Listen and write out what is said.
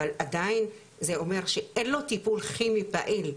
אבל עדיין זה אומר שאין לו טיפול כימי פעיל,